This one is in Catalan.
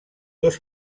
dos